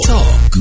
Talk